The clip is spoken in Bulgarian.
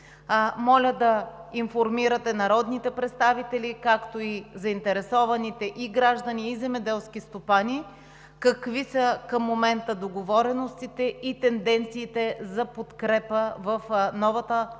Моля да информирате народните представители и заинтересованите граждани и земеделски стопани какви са към момента договореностите и тенденциите за подкрепа в новата Обща